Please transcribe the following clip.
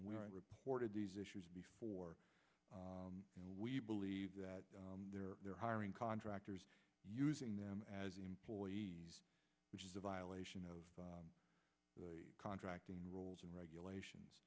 we reported these issues before we believe that they're they're hiring contractors using them as employees which is a violation of the contracting rules and regulations